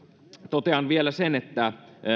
totean vielä sen että